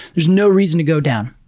there's no reason to go down.